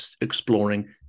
exploring